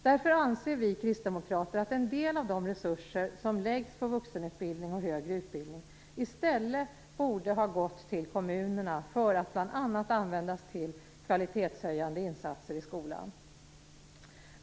Därför anser vi kristdemokrater att en del av de resurser som läggs på vuxenutbildning och högre utbildning i stället borde ha gått till kommunerna, för att bl.a. användas till kvalitetshöjande insatser i skolan.